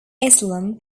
islam